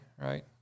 right